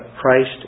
Christ